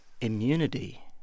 immunity